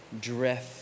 drift